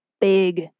big